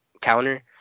counter